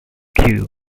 cue